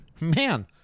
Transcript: man